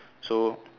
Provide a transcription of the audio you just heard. so